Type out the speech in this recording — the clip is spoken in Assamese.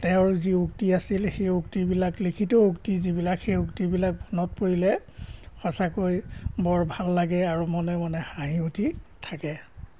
তেওঁৰ যি উক্তি আছিল সেই উক্তিবিলাক লিখিত উক্তি যিবিলাক সেই উক্তিবিলাক মনত পৰিলে সঁচাকৈ বৰ ভাল লাগে আৰু মনে মনে হাঁহি উঠি থাকে